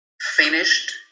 finished